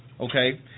okay